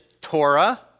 Torah